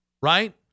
Right